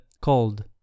called